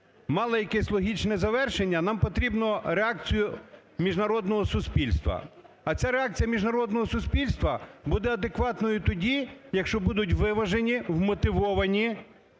мала якесь логічне завершення нам потрібно реакцію міжнародного суспільства. А ця реакція міжнародного суспільства буде адекватною тоді, якщо будуть виважені, вмотивовані